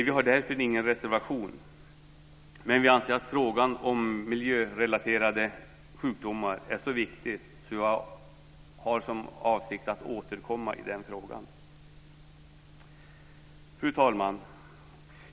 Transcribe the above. Vi har därför ingen reservation, men vi anser att frågan om miljörelaterade sjukdomar är så viktig att vi har för avsikt att återkomma till den. Fru talman!